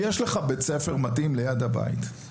כי יש לך בית ספר מתאים ליד הבית.